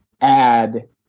add